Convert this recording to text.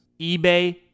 eBay